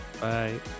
bye